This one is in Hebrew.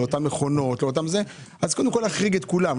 לאותן מכונות - קודם כל להחריג את כולם.